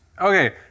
Okay